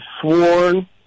sworn